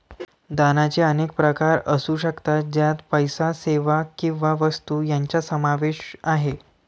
दानाचे अनेक प्रकार असू शकतात, ज्यात पैसा, सेवा किंवा वस्तू यांचा समावेश आहे